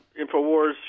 InfoWars